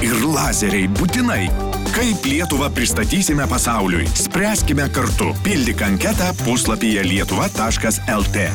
ir lazeriai būtinai kaip lietuvą pristatysime pasauliui spręskime kartu pildyk anketą puslapyje lietuva taškas lt